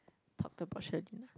talked about ah